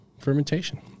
fermentation